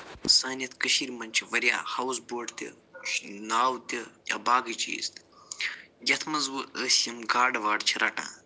سانہِ یَتھ کٲشیٖرِ منٛز چھِ وارِیاہ ہاوُس بوٹ تہِ ناوٕ تہِ یا باقٕے چیٖز تہِ یَتھ منٛز وۄنۍ أسۍ یِم گاڈٕ واڈٕ چھِ رَٹان